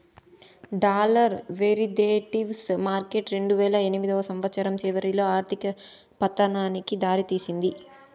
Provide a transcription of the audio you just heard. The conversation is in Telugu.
డాలర్ వెరీదేటివ్స్ మార్కెట్ రెండువేల ఎనిమిదో సంవచ్చరం చివరిలో ఆర్థిక పతనానికి దారి తీసింది